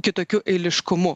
kitokiu eiliškumu